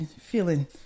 feeling